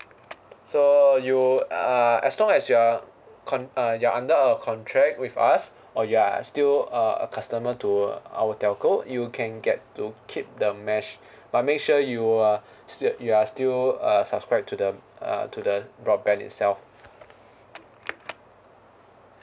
so you uh as long as you're con~ uh you're under our contract with us or you are still a a customer to our telco you can get to keep the mesh but make sure you uh sti~ you are still uh subscribed to the uh to the broadband itself